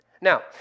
Now